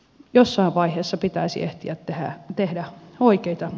jossain vaiheessa pitäisi ehtiä tehdä oikeita töitä